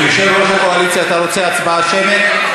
יושב-ראש הקואליציה, אתה רוצה הצבעה שמית?